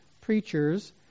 preachers